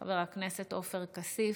חבר הכנסת עופר כסיף,